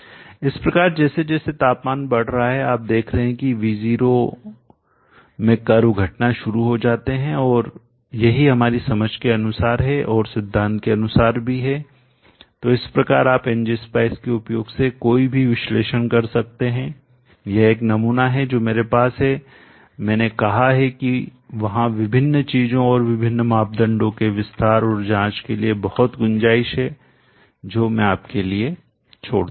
इस प्रकार जैसे जैसे तापमान बढ़ रहा है आप देख रहे हैं कि V0 में कर्व घटना शुरू हो जाते हैं और यही हमारी समझ के अनुसार हे और सिद्धांत के अनुसार भी हैतो इस प्रकार आप ng spice के उपयोग से कोई भी विश्लेषण कर सकते हैं यह एक नमूना है जो मेरे पास है मैंने कहा है कि वहां विभिन्न चीजों और विभिन्न मापदंडों के विस्तार और जांच के लिए बहुत गुंजाइश है जो मैं आपके लिए छोड़ता हूं